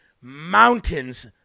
mountains